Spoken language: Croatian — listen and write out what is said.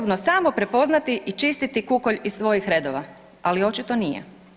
samo prepoznati i čistiti kukolj iz svojih redova, ali očito nije.